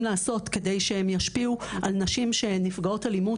לעשות כדי שהם ישפיעו על נשים שהן נפגעות אלימות.